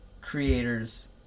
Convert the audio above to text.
creator's